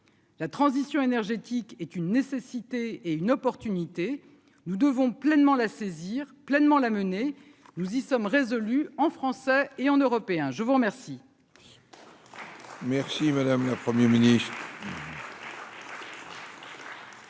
La transition énergétique est une nécessité et une opportunité, nous devons pleinement la saisir pleinement la mener, nous y sommes résolus en français et en européen, je vous remercie.